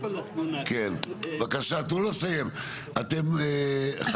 גרושתי זרקה אותי מהדירה בשנת 2000, יש